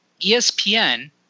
ESPN—